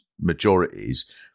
majorities